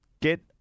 get